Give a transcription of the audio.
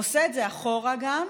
ועושים את זה אחורה גם,